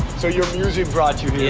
so your music brought you here.